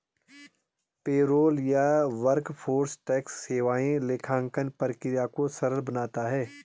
payroll या workforce tax सेवाएं लेखांकन प्रक्रिया को सरल बनाता है